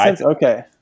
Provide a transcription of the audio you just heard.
Okay